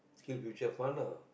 SkillsFuture fund ah